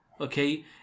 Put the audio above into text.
okay